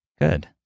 Good